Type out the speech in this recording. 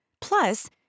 Plus